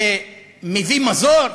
זה מביא מזור?